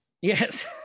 Yes